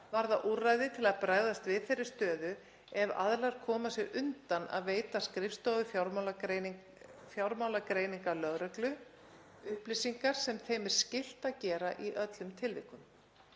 varða úrræði til að bregðast við þeirri stöðu ef aðilar koma sér undan að veita skrifstofu fjármálagreininga lögreglu, SFL, upplýsingar, sem þeim er skylt að gera í öllum tilvikum.